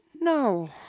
No